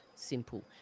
simple